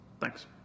Thanks